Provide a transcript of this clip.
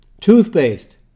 toothpaste